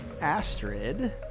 Astrid